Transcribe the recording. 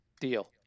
deal